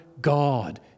God